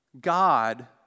God